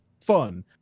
fun